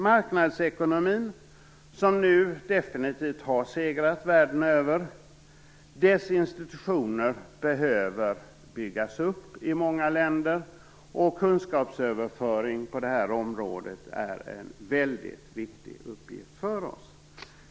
Marknadsekonomin har nu definitivt segrat världen över, och dess institutioner behöver byggas upp i många länder. Kunskapsöverföring på detta område är en väldigt viktig uppgift för oss.